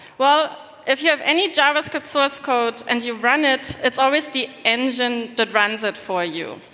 well, if you have any javascript source code and you run it, it's always the engine that runs it for you.